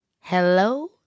hello